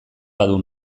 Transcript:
badu